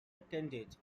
attended